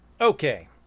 Okay